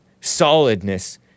solidness